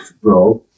Bro